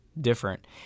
different